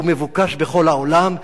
הוא מבוקש בכל העולם.